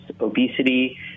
obesity